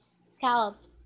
scalloped